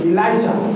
Elijah